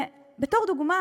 ובתור דוגמה,